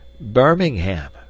Birmingham